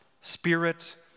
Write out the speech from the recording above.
Spirit